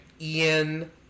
Ian